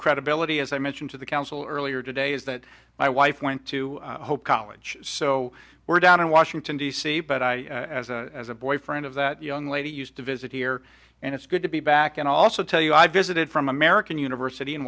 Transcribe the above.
credibility as i mentioned to the council earlier today is that my wife went to hope college so we're down in washington d c but i as a boyfriend of that young lady used to visit here and it's good to be back and also tell you i visited from american university in